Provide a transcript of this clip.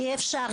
אי אפשר.